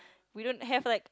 we don't have like